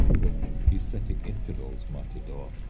which aesthetic infidels might adore,